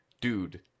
dude